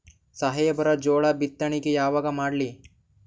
ಸಾಹೇಬರ ಜೋಳ ಬಿತ್ತಣಿಕಿ ಯಾವಾಗ ಮಾಡ್ಲಿ?